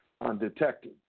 Undetected